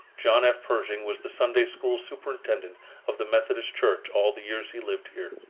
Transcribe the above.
john f. pershing was the sunday school superintendent of the methodist church all the years he lived here.